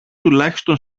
τουλάχιστον